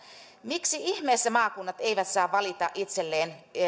miksi ihmeessä maakunnat eivät saa valita itselleen